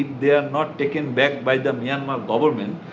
yeah not taken back by the myanmar government,